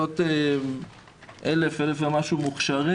כ-1,000 מוכשרים.